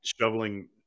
shoveling